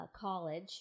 college